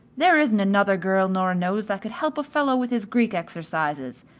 there isn't another girl nora knows that could help a fellow with his greek exercises,